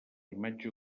imatge